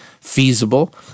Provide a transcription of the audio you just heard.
feasible